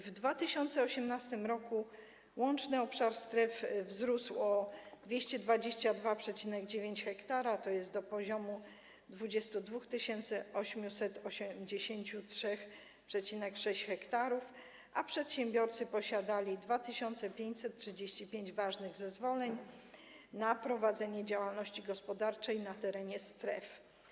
W 2018 r. łączny obszar stref wzrósł o 222,9 ha, tj. do poziomu 22 883,6 ha, a przedsiębiorcy posiadali 2535 ważnych zezwoleń na prowadzenie działalności gospodarczej na terenie stref.